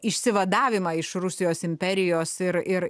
išsivadavimą iš rusijos imperijos ir ir